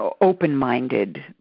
open-minded